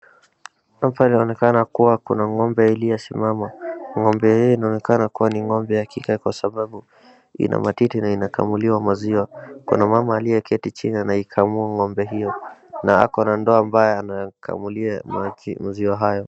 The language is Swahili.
Hapa inaonekana kuwa kuna ng'ombe iliye simama. Ng'ombe hii inaonekana kuwa ni ng'ombe ya kike kwa sababu ina matiti na inakamuliwa maziwa. Kuna mama aliyeketi chini anaikamua ng'ombe hiyo na ako na ndoo ambayo anakamulia maziwa hayo.